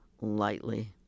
lightly